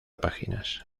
páginas